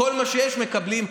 כל מה שיש, מקבלים.